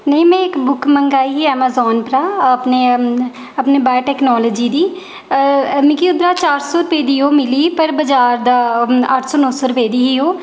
नेईं में इक बुक मंगाई ही ऐमाजोन उप्परा दा अपने अपने बायोटैकनालजी दी मिगी उद्धरा चार सौ दी ओह् मिली ही पर बजार दा अट्ठ सौ नौ सो दी ही ओह्